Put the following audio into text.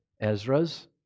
Ezra's